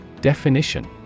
Definition